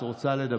את רוצה לדבר?